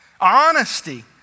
honesty